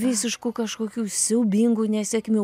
visiškų kažkokių siaubingų nesėkmių